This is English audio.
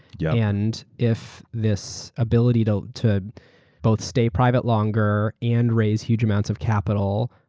yeah and if this ability to to both stay private longer and raise huge amounts of capital,